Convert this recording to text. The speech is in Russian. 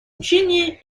учения